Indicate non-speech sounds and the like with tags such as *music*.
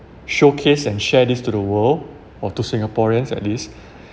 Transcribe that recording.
showcase and share this to the world or to singaporeans at least *breath*